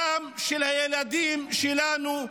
הדם של הילדים שלנו,